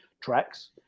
tracks